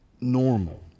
normal